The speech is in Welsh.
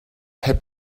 heb